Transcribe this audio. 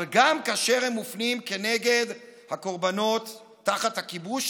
אבל גם כאשר הם מופנים כנגד הקורבנות תחת הכיבוש.